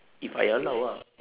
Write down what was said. if ayah allow ah